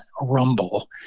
Rumble